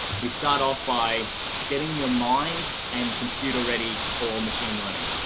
we start off by getting your mind and computer ready for machine learning.